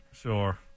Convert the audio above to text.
sure